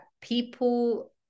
people